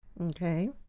Okay